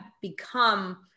become